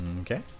Okay